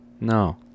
no